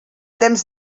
temps